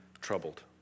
troubled